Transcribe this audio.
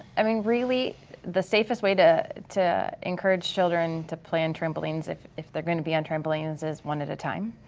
i mean really the safest way to to encourage children to play on trampolines, if if they're gonna be on trampolines, is one at a time.